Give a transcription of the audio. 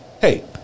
Hey